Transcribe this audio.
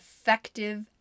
effective